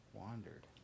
wandered